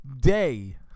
day